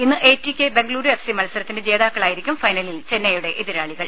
ഇന്ന് A T K Bengaluru F C മത്സരത്തിന്റെ ജേതാക്കളായിരിക്കും ഫൈനലിൽ ചെന്നൈയുടെ എതിരാളികൾ